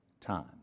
time